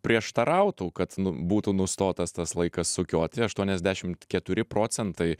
prieštarautų kad nu būtų nustotas tas laikas sukioti aštuoniasdešimt keturi procentai